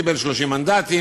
קיבל 30 מנדטים,